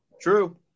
True